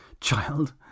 child